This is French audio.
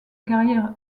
carrière